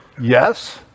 Yes